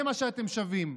זה מה שאתם שווים.